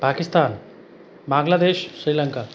Pakistan Bangladesh Sri Lanka